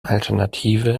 alternative